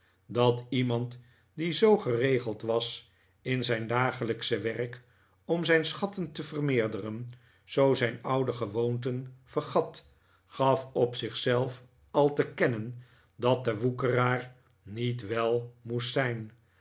dat iemand die zoo geregeld was in zijn dagelijksche werk om zijn schatten te vermeerderen zoo zijn oude gewoonten ve gat gaf op zich zelf al te kennen dat de woekeraar niet wel moest zijn